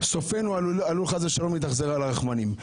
וסופנו עלול חס ושלום להתאכזר לרחמנים.